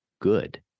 Good